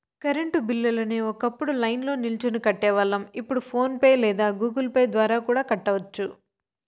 current బిల్లుని ఒకప్పుడు లైన్ల్నో నిల్చొని కట్టేవాళ్ళం, ఇప్పుడు ఫోన్ పే లేదా గుగుల్ పే ద్వారా కూడా కట్టొచ్చు